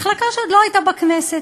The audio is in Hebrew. מחלקה שעוד לא הייתה בכנסת,